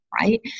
right